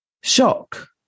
shock